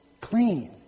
clean